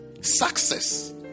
success